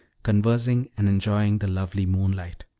conversing and enjoying the lovely moonlight.